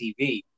tv